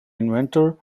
inventor